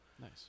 Nice